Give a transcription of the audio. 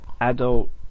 adult